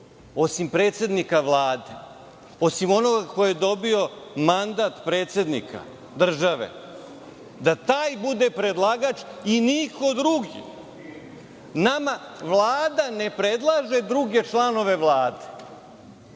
osim predsednika Vlade, osim onoga ko je dobio mandat predsednika države da taj bude predlagač i niko drugi. Nama Vlada ne predlaže druge članove Vlade,